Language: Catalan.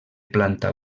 planta